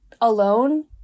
alone